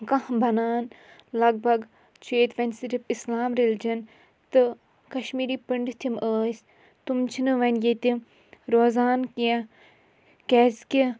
کانٛہہ بَنان لَگ بَگ چھُ ییٚتہِ وۄنۍ صرف اِسلام ریٚلِجَن تہٕ کَشمیٖری پٔنٛڈِتھ یِم ٲسۍ تِم چھِنہٕ وۄنۍ ییٚتہِ روزان کیٚنٛہہ کیٛازکہِ